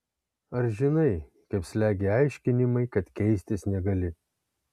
ar žinai kaip slegia aiškinimai kad keistis negali